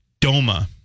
DOMA